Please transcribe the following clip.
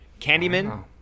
Candyman